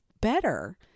better